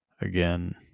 again